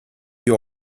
you